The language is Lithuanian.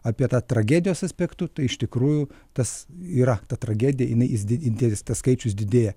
apie tą tragedijos aspektu tai iš tikrųjų tas yra ta tragedija jinai jis didi didelis tas skaičius didėja